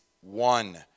one